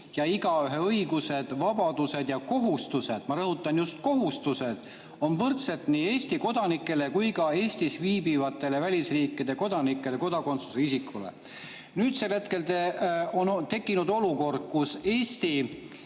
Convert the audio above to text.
ja igaühe õigused, vabadused ja kohustused – ma rõhutan: just kohustused – on võrdselt nii Eesti kodanikel kui ka Eestis viibivatel välisriikide kodanikel ja kodakondsuseta isikutel. Nüüdsel hetkel on tekkinud olukord, kus Eesti